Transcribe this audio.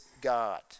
god